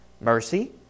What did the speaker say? mercy